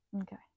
okay